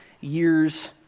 years